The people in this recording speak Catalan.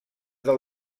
del